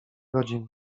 godzin